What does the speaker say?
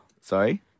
Sorry